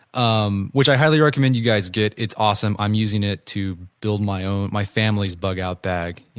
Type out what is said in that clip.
um which i highly recommend you guys get. it's awesome. i am using it to build my um my family's bug-out bag.